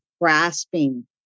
grasping